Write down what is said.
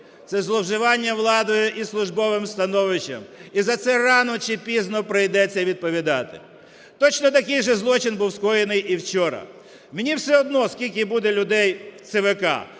Це зловживання владою і службовим становищем. І за це рано чи пізно прийдеться відповідати. Точно такий же злочин був скоєний і вчора. Мені все одно, скільки буде людей в ЦВК: